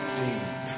deep